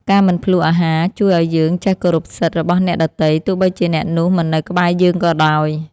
ការមិនភ្លក្សអាហារជួយឱ្យយើងចេះគោរពសិទ្ធិរបស់អ្នកដទៃទោះបីជាអ្នកនោះមិននៅក្បែរយើងក៏ដោយ។